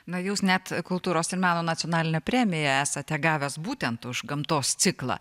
na jūs net kultūros ir meno nacionalinę premiją esate gavęs būtent už gamtos ciklą